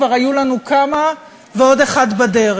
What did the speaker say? כבר היו לנו כמה ועוד אחד בדרך,